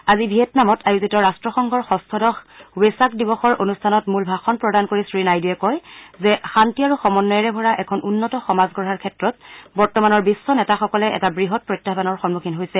আজি ভিয়েটনামত আয়োজিত ৰাট্টসংঘৰ ষষ্ঠদশ ৱেসাক দিৱসৰ অনুষ্ঠানত মূল ভাষণ প্ৰদান কৰি শ্ৰী নাইডুৱে কয় যে শান্তি আৰু সমন্বয়ৰে ভৰা এখন উন্নত সমাজ গঢ়াৰ ক্ষেত্ৰত বৰ্তমানৰ বিধ্ব নেতাসকলে এটা বৃহৎ প্ৰত্যাহানৰ সন্মুখীন হৈছে